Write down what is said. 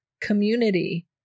community